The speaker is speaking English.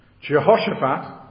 Jehoshaphat